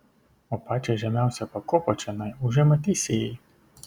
o pačią žemiausią pakopą čionai užima teisėjai